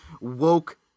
woke